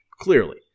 clearly